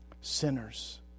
sinners